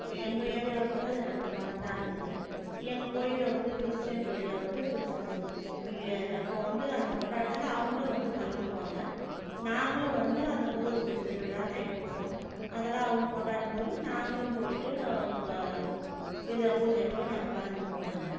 இப்போ எங்கள் ஏரியாவில் பார்த்தா இந்த ரெண்டு மதம் தான் இருக்குது எங்கள் கோயிலில்வந்து கிறிஸ்ட்டின் கோயிலில் வந்து கிறிஸ்மஸ் நியூ இயர் அப்போது வந்து அந்த கொண்டாட்டத்தில் அவங்களும் வந்து கலந்துக்குவாங்க நாங்களும் வந்து அந்த முருகர் கோயில் திருவிழா தைப்பூசம் அதெல்லாம் அவங்க கொண்டாடும்போது நாங்களும் போயிட்டு அவங்க இதை பூஜையில் போய் நாங்க கலந்துக்குவோம் நாங்கள்